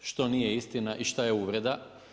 Što nije istina i što je uvreda.